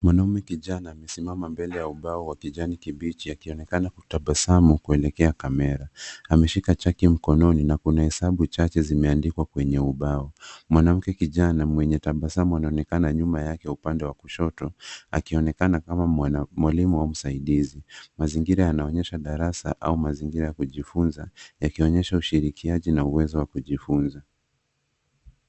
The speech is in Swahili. Mwanaume kijana amesimama mbele ya ubao wa kijani kibichi akionekana kutabasamu kuelekea kamera. Ameshika chaki mkononi na kuna hesabu chache zimeandikwa kwenye ubao. Mwanamke kijana mwenye tabasamu anaonekana nyuma yake upande wa kushoto akionekana kama mwalimu au msaidizi. Mazingira yanaonyesha darasa au mazingira ya kujifunza yakionyesha ushirikiaji na uwezo wa kujifunza.